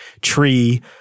tree